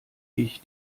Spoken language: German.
ich